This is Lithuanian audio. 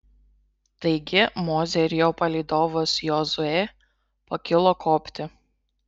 taigi mozė ir jo palydovas jozuė pakilo kopti